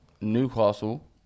Newcastle